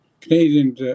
Canadian